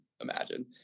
imagine